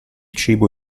cibo